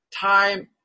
time